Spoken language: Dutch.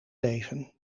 leven